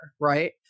right